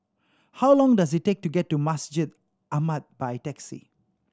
how long does it take to get to Masjid Ahmad by taxi